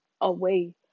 away